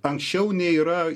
anksčiau nei yra